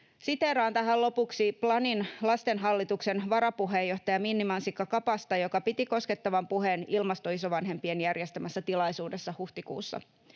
Siteeraan tähän lopuksi Planin lastenhallituksen varapuheenjohtajaa, Minni-Mansikka Kapasta, joka piti koskettavan puheen Ilmastoisovanhempien järjestämässä tilaisuudessa huhtikuussa: